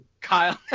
kyle